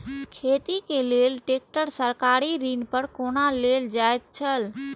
खेती के लेल ट्रेक्टर सरकारी ऋण पर कोना लेल जायत छल?